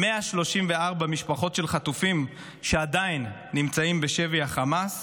134 משפחות של חטופים שעדיין נמצאים בשבי החמאס,